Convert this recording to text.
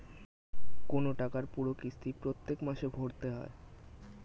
কোন টাকার পুরো কিস্তি প্রত্যেক মাসে ভরতে হয়